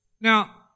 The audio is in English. Now